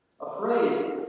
Afraid